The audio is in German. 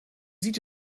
sieht